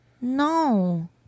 No